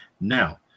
Now